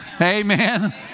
Amen